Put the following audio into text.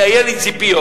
היו לי ציפיות